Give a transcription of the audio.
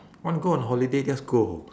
want go on holiday just go